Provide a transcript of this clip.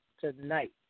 tonight